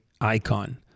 icon